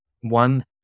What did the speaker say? One